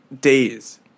days